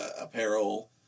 apparel